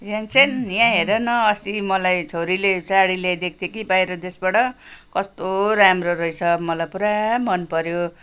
याङ्छेन यहाँ हेर न अस्ति मलाई छोरीले साडी ल्याइदिएको थियो कि बाहिर देशबाट कस्तो राम्रो रहेछ मलाई पुरा मनपऱ्यो